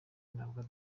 nabwo